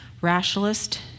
rationalist